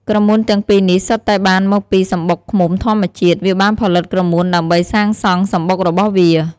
ក្រមួនទាំងពីរនេះសុទ្ធតែបានមកពីសំបុកឃ្មុំធម្មជាតិ វាបានផលិតក្រមួនដើម្បីសាងសង់សំបុករបស់វា។